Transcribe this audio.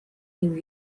new